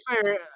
fair